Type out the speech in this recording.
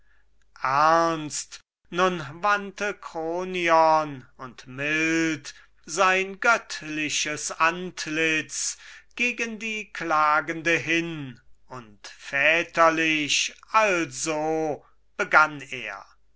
ernst nun wandte kronion und mild sein göttliches antlitz gegen die klagende hin und väterlich also begann er